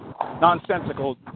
nonsensical